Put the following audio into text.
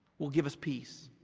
will give us peace.